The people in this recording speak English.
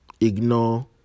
ignore